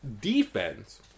defense